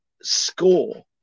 score